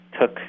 took